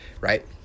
right